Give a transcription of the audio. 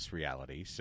reality